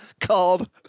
Called